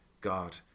god